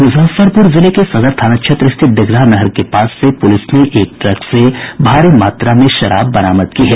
मुजफ्फरपुर जिले के सदर थाना क्षेत्र स्थित दिघरा नहर के पास से पुलिस ने एक ट्रक से भारी मात्रा में शराब बरामद की है